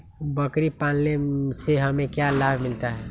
बकरी पालने से हमें क्या लाभ मिलता है?